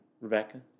Rebecca